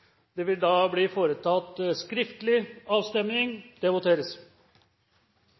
Det vil da bli foretatt skriftlig avstemning. Valget hadde dette resultat: Det